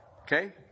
Okay